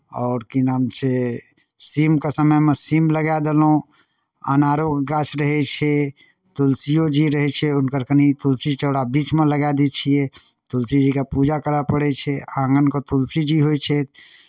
आओर की नाम छै सीमके समयमे सीम लगाए देलहुँ अनारोके गाछ रहै छै तुलसिओ जी रहै छै हुनकर कनि तुलसी चौरा बीचमे लगाए दै छियै तुलसीजीके पूजा करय पड़ै छै आङनके तुलसीजी होइ छथि